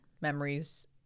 memories